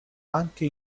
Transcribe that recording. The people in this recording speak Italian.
anche